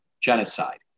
genocide